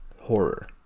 horror